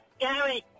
Gary